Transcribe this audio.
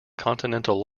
continental